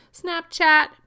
Snapchat